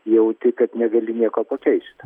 jauti kad negali nieko pakeisti